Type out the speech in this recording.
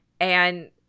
and-